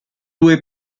due